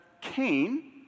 Cain